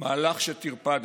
מהלך שטרפדתי,